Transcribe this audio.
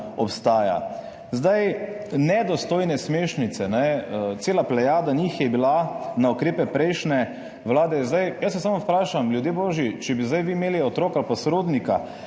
obstaja. Nedostojne smešnice, cela plejada njih je bila na ukrepe prejšnje vlade. Jaz se samo vprašam, ljudje božji, če bi zdaj vi imeli otroka ali pa sorodnika